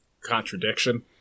contradiction